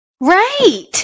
right